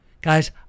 Guys